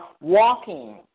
walking